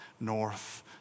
north